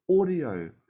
audio